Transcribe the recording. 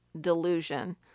delusion